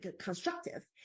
constructive